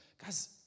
guys